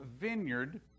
vineyard